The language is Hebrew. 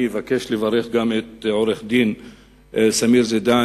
אני מבקש לברך גם את עורך-דין סמיר זידאן,